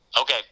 Okay